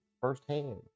firsthand